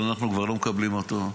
אבל אנחנו כבר לא מקבלים אותו,